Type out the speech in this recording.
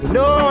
no